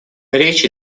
речь